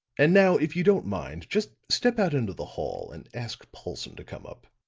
and now, if you don't mind, just step out into the hall and ask paulson to come up.